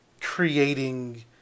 creating